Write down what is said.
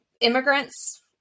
immigrants